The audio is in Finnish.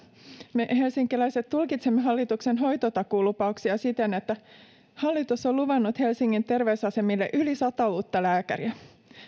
me helsinkiläiset tulkitsemme hallituksen hoitotakuulupauksia siten että hallitus on luvannut helsingin terveysasemille yli sata uutta lääkäriä